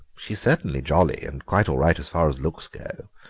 she's certainly jolly, and quite all right as far as looks go,